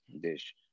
dish